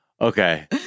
okay